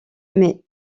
mais